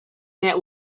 that